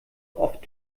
oft